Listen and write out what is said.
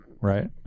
right